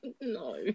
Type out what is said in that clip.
No